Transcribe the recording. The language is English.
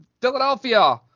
Philadelphia